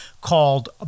called